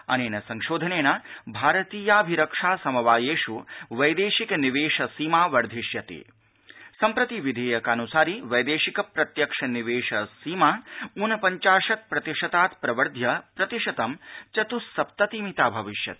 अनक्त संशोधनक भारतीयाभिरक्षा समवायक्षवैदर्शिक निवधिसीमावर्धिष्यता सम्प्रति विधक्किानसारि वैदर्शिक प्रत्यक्ष निवधिसीमा ऊन पञ्चाशत प्रतिशतात् प्रवर्ध्य प्रतिशतं चतुस्सप्तति मिता भविष्यति